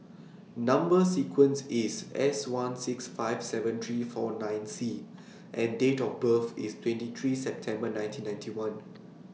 Number sequence IS S one six five seven three four nine C and Date of birth IS twenty three September nineteen ninety one